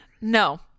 No